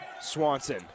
Swanson